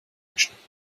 geschnitten